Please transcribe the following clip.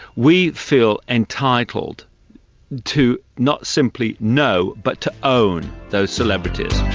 we feel entitled to not simply know but to own those celebrities.